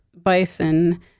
bison